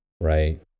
right